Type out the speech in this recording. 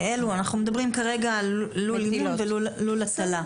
אנחנו כרגע מדברים על לול אימון ועל לול הטלה.